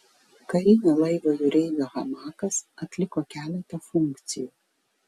karinio laivo jūreivio hamakas atliko keletą funkcijų